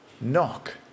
knock